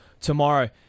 tomorrow